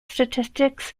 statistics